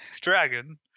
dragon